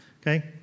Okay